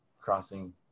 crossing